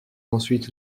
ensuite